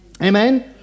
Amen